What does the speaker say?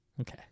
Okay